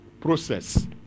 Process